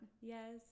yes